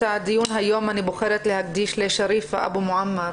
את הדיון היום אני בוחרת להקדיש לשריפה אבו מועמר